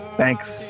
thanks